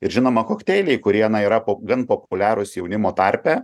ir žinoma kokteiliai kurie na yra po gan populiarūs jaunimo tarpe